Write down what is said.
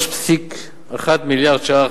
3.1 מיליארד ש"ח,